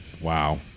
Wow